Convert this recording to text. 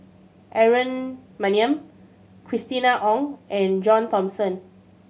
Aaron Maniam Christina Ong and John Thomson